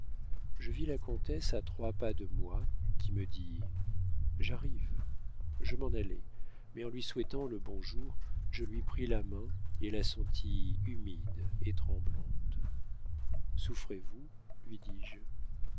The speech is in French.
je vis la comtesse à trois pas de moi qui me dit j'arrive je m'en allai mais en lui souhaitant le bonjour je lui pris la main et la sentis humide et tremblante souffrez-vous lui dis-je